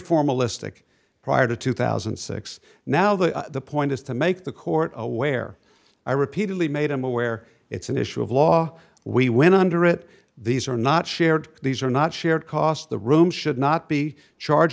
formalistic prior to two thousand and six now the point is to make the court aware i repeatedly made i'm aware it's an issue of law we went under it these are not shared these are not shared costs the room should not be charge